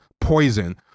poison